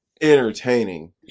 Entertaining